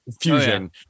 fusion